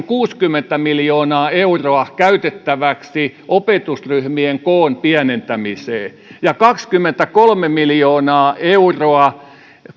kuusikymmentä miljoonaa euroa käytettäväksi opetusryhmien koon pienentämiseen ja kaksikymmentäkolme miljoonaa euroa